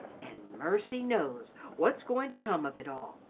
an' mercy knows what's goin' to come of it all,